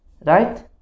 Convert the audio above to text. right